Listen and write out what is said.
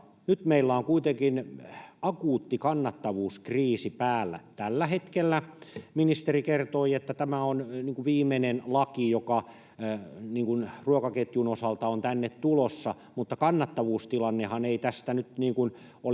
Nyt meillä on kuitenkin akuutti kannattavuuskriisi päällä tällä hetkellä. Ministeri kertoi, että tämä on viimeinen laki, joka ruokaketjun osalta on tänne tulossa, mutta kun kannattavuustilannehan ei tästä nyt ole